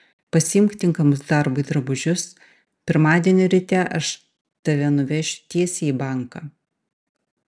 pasiimk tinkamus darbui drabužius pirmadienio ryte aš tave nuvešiu tiesiai į banką